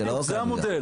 זה המודל,